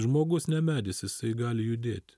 žmogus ne medis jisai gali judėt